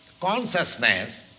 Consciousness